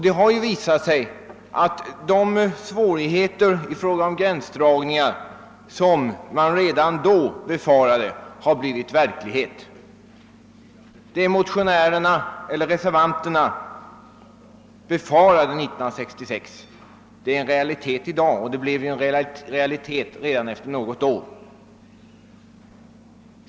Det har visat sig att de svårigheter i fråga om gränsdragningar, som man redan 1966 befarade skulle uppkomma, har blivit verklighet. Vad motionärerna befarade är en realitet i dag, och det blev en realitet redan efter något år.